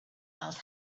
else